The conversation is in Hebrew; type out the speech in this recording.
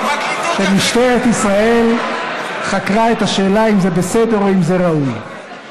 שמשטרת ישראל חקרה את השאלה אם זה בסדר או אם זה ראוי.